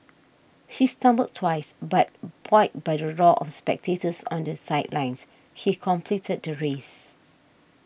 he stumbled twice but buoyed by the roar of spectators on the sidelines he completed the race